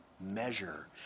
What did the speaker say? measure